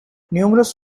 numerous